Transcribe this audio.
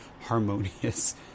harmonious